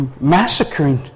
massacring